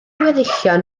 weddillion